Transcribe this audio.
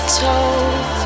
told